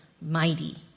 mighty